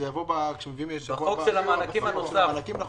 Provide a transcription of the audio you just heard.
יבוא כשיביאו את החוק הנוסף של המענקים.